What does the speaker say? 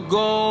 go